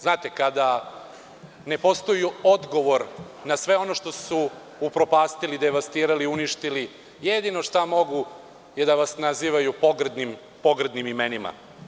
Znate, kada ne postoji odgovor na sve ono što su upropastili, devastirali, uništili, jedino šta mogu jeste da vas nazivaju pogrdnim imenima.